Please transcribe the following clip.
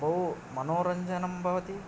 बहु मनोरञ्जनं भवति